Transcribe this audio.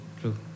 True